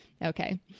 Okay